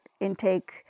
intake